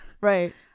right